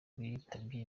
bitabye